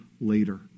later